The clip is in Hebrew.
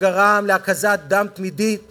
שגרם להקזת דם תמידית